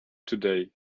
today